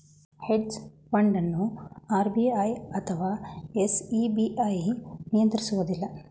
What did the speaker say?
hedge fund ಅನ್ನು RBI ಅಥವಾ SEBI ನಿಯಂತ್ರಿಸುವುದಿಲ್ಲ